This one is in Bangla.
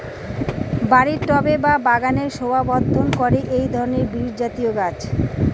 বাড়ির টবে বা বাগানের শোভাবর্ধন করে এই ধরণের বিরুৎজাতীয় গাছ